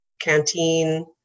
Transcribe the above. canteen